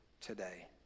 today